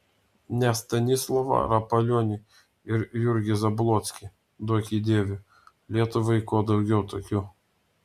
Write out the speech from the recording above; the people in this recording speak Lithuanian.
ne stanislovą rapolionį ir jurgį zablockį duoki dieve lietuvai kuo daugiau tokių